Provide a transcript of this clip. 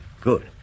Good